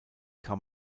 kann